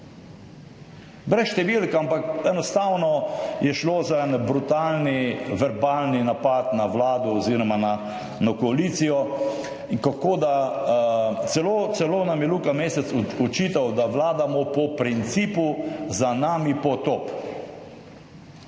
Brez številk, ampak enostavno je šlo za en brutalni verbalni napad na vlado oziroma na koalicijo, celo nam je Luka Mesec očital, da vladamo po principu »za nami potop«.